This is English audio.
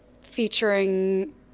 featuring